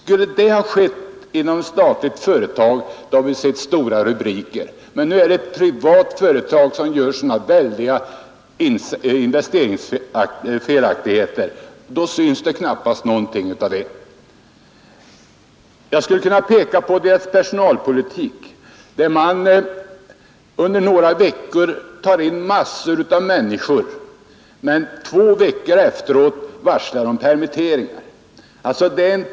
Skulle detta ha skett inom ett statligt företag hade vi sett stora rubriker om det i tidningarna. Men nu var det ett privat företag som gjorde så väldiga felinvesteringar, och då uppmärksammades det knappast alls. Jag skulle kunna peka på företagets personalpolitik. Under några veckor tog man in massor av människor, men två veckor efteråt varslade man om permitteringar.